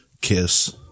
Kiss